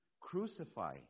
crucify